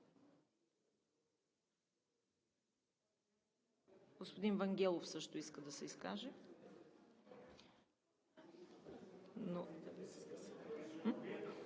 Господин Вангелов също иска да се изкаже.